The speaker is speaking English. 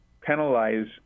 penalize